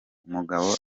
umugabo